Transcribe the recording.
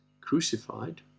crucified